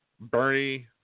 Bernie